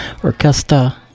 Orquesta